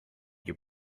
your